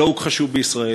שלא הוכחשו בישראל,